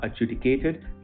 adjudicated